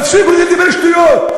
תפסיקו לדבר שטויות.